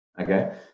Okay